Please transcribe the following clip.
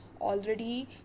already